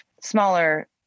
smaller